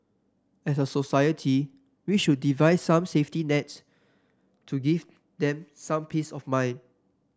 as a society we should devise some safety nets to give them some peace of mind